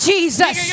Jesus